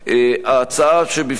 ההצעה שבפניכם,